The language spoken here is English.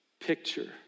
Picture